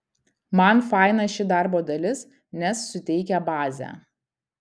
man faina ši darbo dalis nes suteikia bazę